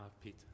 Peter